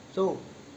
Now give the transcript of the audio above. so